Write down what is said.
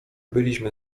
byliśmy